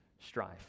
strife